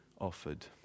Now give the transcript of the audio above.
offered